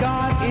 God